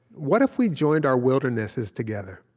what if we joined our wildernesses together?